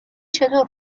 چطور